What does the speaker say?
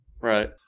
Right